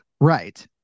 right